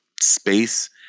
space